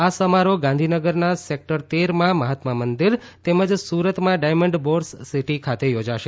આ સમારોહ ગાંધીનગર સેકટર તેરમાં મહાત્મા મંદિર તેમજ સુરતમાં ડાયમંડ બોર્સ સિટી ખાતે યોજાશે